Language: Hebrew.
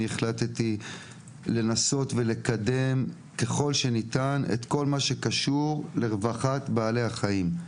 החלטתי לנסות ולקדם ככל שניתן את כל מה שקשור לרווחת בעלי החיים.